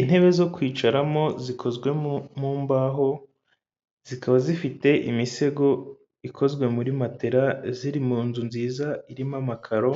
Intebe zo kwicaramo zikozwemo mu mbaho zikaba zifite imisego ikozwe muri matera ziri mu nzu nziza irimo amakaro